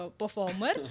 performer